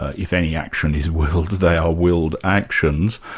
ah if any action is willed, they are willed actions,